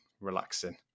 relaxing